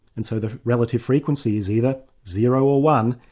and so the relative frequency is either zero or one,